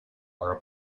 are